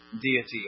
deity